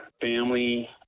family